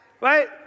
Right